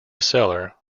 cellar